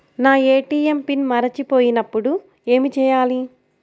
నా ATM PIN మరచిపోయినప్పుడు ఏమి చేయాలి?